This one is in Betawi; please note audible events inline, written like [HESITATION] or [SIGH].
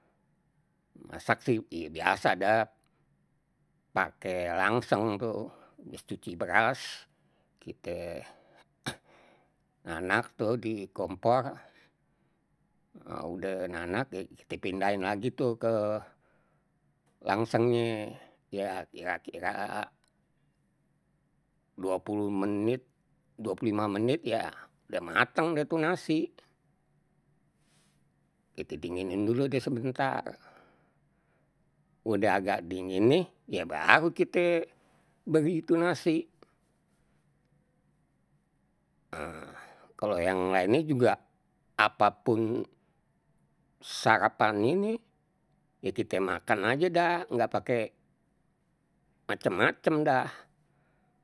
Masak sih, ya biasa dah pake langseng tuh, habis cuci beras, kite [NOISE] nanak tuh di kompor. [HESITATION] udeh nanak ye kita pindahin lagi tuh ke langsengnye. Ya kira kira dua puluh menit, dua puluh lima menit, ya udah mateng deh tuh nasi. Kite dinginin dulu dah sebentar, udah agak dingin nih, ya baru kite beri tuh nasi. [HESITATION] kalau yang lainnya juga, apapun sarapan ini, ya kite makan aje dah, nggak pake macem macem dah.